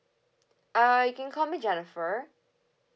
uh you can call me jennifer